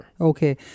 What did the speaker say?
Okay